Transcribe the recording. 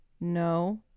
no